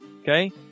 okay